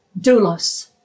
Doulos